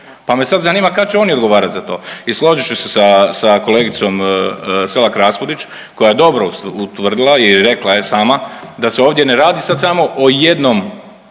Pa me sad zanima kad će oni odgovarati za to. I složit ću se sa kolegicom Selak Raspudić koja je dobro utvrdila i rekla je sama da se ovdje ne radi sad samo o jednom,